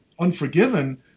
Unforgiven